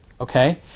okay